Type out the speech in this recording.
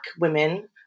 women